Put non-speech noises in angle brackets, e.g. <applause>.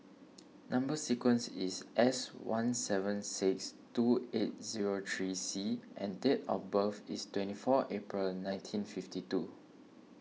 <noise> Number Sequence is S one seven six two eight zero three C and date of birth is twenty four April nineteen fifty two